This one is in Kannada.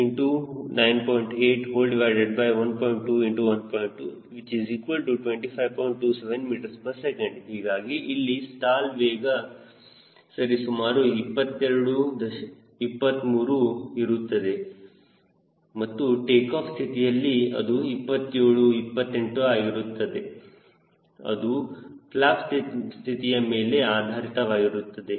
27 ms ಹೀಗಾಗಿ ಇಲ್ಲಿ ಸ್ಟಾಲ್ ವೇಗ ಸರಿ ಸುಮಾರು 22 23 ಇರುತ್ತದೆ ಮತ್ತು ಟೇಕಾಫ್ ಸ್ಥಿತಿಯಲ್ಲಿ ಅದು 27 28 ಆಗಿರುತ್ತದೆ ಅದು ಫ್ಲ್ಯಾಪ್ ಸ್ಥಿತಿಯ ಮೇಲೆ ಆಧಾರಿತವಾಗಿರುತ್ತದೆ